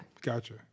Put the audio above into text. Gotcha